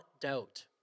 doubt